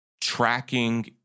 tracking